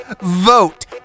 vote